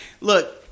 Look